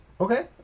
okay